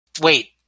Wait